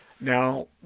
Now